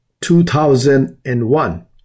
2001